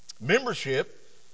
Membership